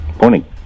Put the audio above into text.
Morning